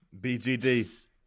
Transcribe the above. BGD